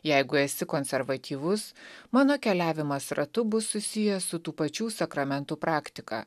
jeigu esi konservatyvus mano keliavimas ratu bus susijęs su tų pačių sakramentų praktika